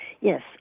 Yes